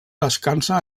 descansa